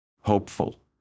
Hopeful